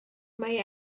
mae